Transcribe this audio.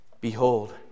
Behold